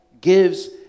gives